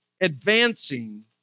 advancing